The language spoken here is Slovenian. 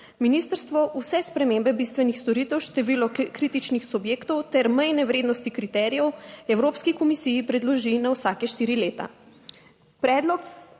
Ministrstvo vse spremembe bistvenih storitev, število kritičnih subjektov ter mejne vrednosti kriterijev evropski komisiji predloži na vsake štiri leta. Predlog